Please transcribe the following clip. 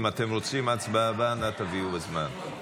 אם אתם רוצים את ההצבעה הבאה, אנא תגיעו בזמן.